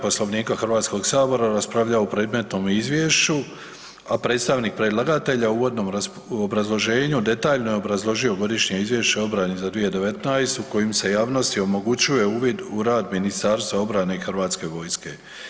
Poslovnika Hrvatskog sabora raspravljao o predmetnom izvješću, a predstavnik predlagatelja u uvodnom obrazloženju detaljno je obrazložio Godišnje izvješće o obrani za 2019. kojim se javnosti omogućuje uvid u rad Ministarstva obrane i Hrvatske vojske.